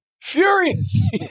furious